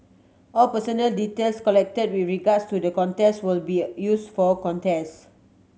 all personal details collected with regards to the contest will be used for contest